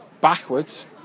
backwards